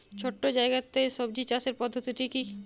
ছোট্ট জায়গাতে সবজি চাষের পদ্ধতিটি কী?